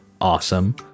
awesome